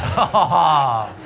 ha ha,